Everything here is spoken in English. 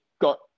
got